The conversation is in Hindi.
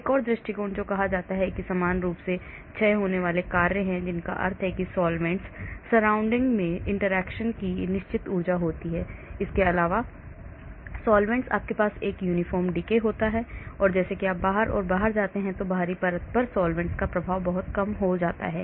एक और दृष्टिकोण जो कहा जाता है कि समान रूप से क्षय होने वाला कार्य है जिसका अर्थ है कि सॉल्वैंट्स सराउंड में interaction की निश्चित ऊर्जा होती है इसके अलावा सॉल्वैंट्स आपके पास एक uniform decay होता है और जैसा कि आप बाहर और बाहर जाते हैं और बाहरी परत पर सॉल्वैंट्स का प्रभाव बहुत कम होता है